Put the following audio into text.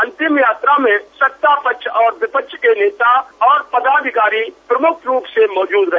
अंतिम यात्रा में सत्ता पक्ष और विपक्ष के नेता और पदाधिकारी प्रमुख रुप से मौजूद रहे